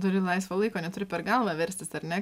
turi laisvo laiko neturi per galvą verstis ar ne